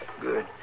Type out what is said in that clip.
Good